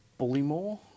Bullymore